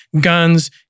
guns